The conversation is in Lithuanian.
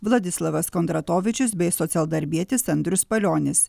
vladislavas kondratavičius bei socialdarbietis andrius palionis